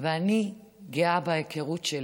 ואני גאה בהיכרות שלי